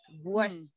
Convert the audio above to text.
worst